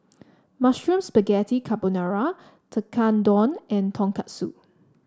Mushroom Spaghetti Carbonara Tekkadon and Tonkatsu